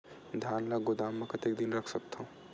धान ल गोदाम म कतेक दिन रख सकथव?